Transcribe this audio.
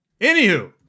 anywho